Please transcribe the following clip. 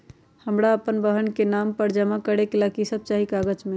हमरा अपन बहन के नाम पर पैसा जमा करे ला कि सब चाहि कागज मे?